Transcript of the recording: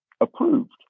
approved